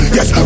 Yes